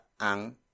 ang